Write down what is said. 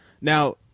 Now